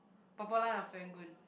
purple line of Serangoon